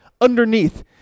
underneath